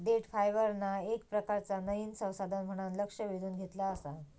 देठ फायबरना येक प्रकारचा नयीन संसाधन म्हणान लक्ष वेधून घेतला आसा